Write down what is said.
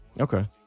Okay